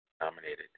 nominated